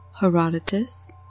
Herodotus